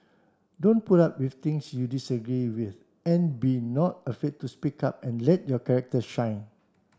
don't put up with things you disagree with and be not afraid to speak up and let your character shine